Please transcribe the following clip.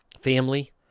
Family